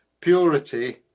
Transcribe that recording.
purity